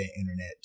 internet